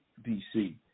BC